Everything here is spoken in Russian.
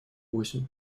восемь